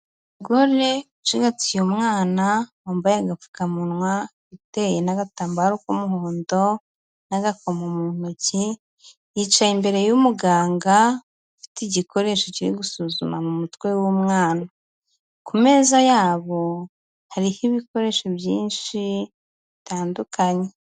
Umugore ucigatiye umwana wambaye agapfukamunwa witeye n'agatambaro k'umuhondo n'agakomo mu ntoki, yicaye imbere y'umuganga ufite igikoresho kiri gusuzuma mu mutwe w'umwana, ku meza yabo hariho ibikoresho byinshi bitandukanye.